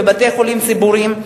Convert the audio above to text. בבתי-החולים הציבוריים,